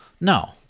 No